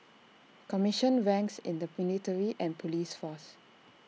commissioned ranks in the military and Police force